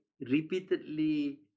repeatedly